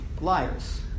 liars